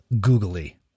googly